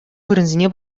вырӑнсене